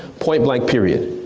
point, blank, period.